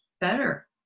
better